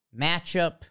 matchup